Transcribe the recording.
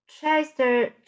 Chester